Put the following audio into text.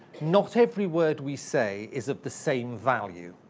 not every word we say is of the same value.